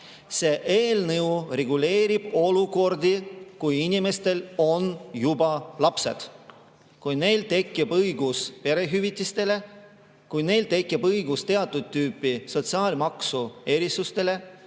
See eelnõu reguleerib olukordi, kui inimestel on juba lapsed, kui neil tekib õigus perehüvitistele, kui neil tekib õigus teatud tüüpi sotsiaalmaksu erisustele,